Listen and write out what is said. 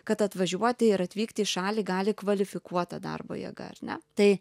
kad atvažiuoti ir atvykti į šalį gali kvalifikuota darbo jėga ar ne tai